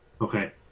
Okay